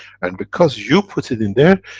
and because you put it in there,